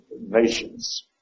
nations